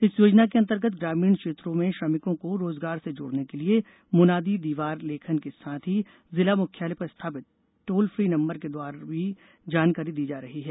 इस योजना के अंतर्गत ग्रामीण क्षेत्रों में श्रमिकों को रोजगार से जोड़ने के लिए मुनादी दीवार लेखन के साथ ही जिला मुख्यालय पर स्थापित टीलफ्री नंबर के द्वारा भी जानकारी दी जा रही है